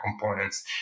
components